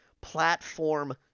platform